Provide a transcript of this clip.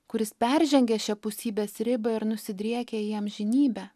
kuris peržengia šiapusybės ribą ir nusidriekia į amžinybę